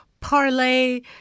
parlay